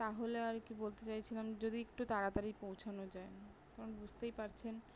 তাহলে আর কি বলতে চাইছিলাম যদি একটু তাড়াতাড়ি পৌঁছানো যায় কারণ বুঝতেই পারছেন